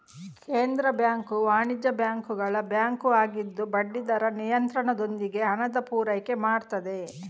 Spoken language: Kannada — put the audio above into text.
ಕೇಂದ್ರ ಬ್ಯಾಂಕು ವಾಣಿಜ್ಯ ಬ್ಯಾಂಕುಗಳ ಬ್ಯಾಂಕು ಆಗಿದ್ದು ಬಡ್ಡಿ ದರ ನಿಯಂತ್ರಣದೊಂದಿಗೆ ಹಣದ ಪೂರೈಕೆ ಮಾಡ್ತದೆ